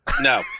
No